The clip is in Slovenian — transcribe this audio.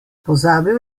pozabil